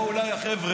באו אליי החבר'ה,